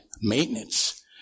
maintenance